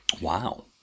Wow